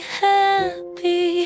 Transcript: happy